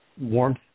warmth